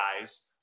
guys